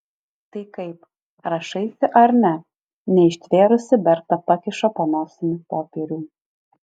tai kaip rašaisi ar ne neištvėrusi berta pakiša po nosimi popierių